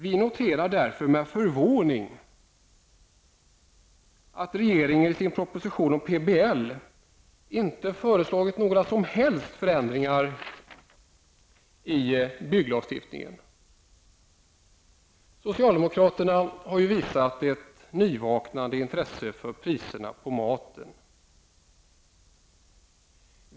Vi noterar därför med förvåning att regeringen i sin proposition om PBL inte föreslår några som helst förändringar i bygglagstiftningen. Socialdemokraterna har ju visat ett nyvaknat intresse för priserna på maten.